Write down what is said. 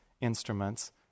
instruments